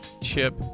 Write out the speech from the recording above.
chip